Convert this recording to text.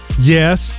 Yes